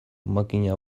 makina